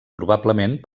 probablement